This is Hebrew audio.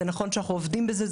זה נכון שאנחנו עובדים בזה.